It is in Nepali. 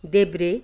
देब्रे